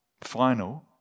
final